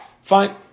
Fine